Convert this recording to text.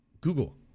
Google